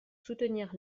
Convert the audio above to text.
soutenir